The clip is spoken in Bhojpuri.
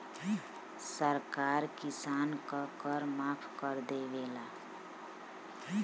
सरकार किसान क कर माफ कर देवला